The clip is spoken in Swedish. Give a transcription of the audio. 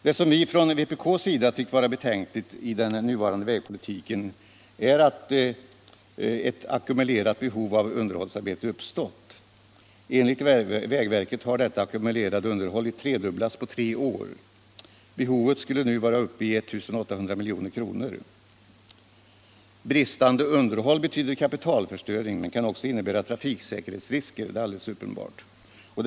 Det som vi från vpk:s sida tycker är betänkligt i den nuvarande vägpolitiken är att ett ackumulerat behov av underhållsarbete uppstått. Enligt vägverket har detta ackumulerade underhållsbehov tredubblats på tre år. Behovet skulle nu vara upp i 1 800 milj.kr. Bristande underhåll betyder kapitalförstöring men kan också — det är alldeles uppenbart — innebära trafiksäkerhetsrisker.